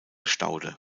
staude